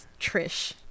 Trish